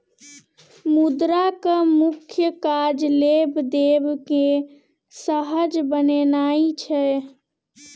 मुद्राक मुख्य काज लेब देब केँ सहज बनेनाइ छै